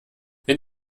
wenn